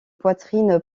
poitrine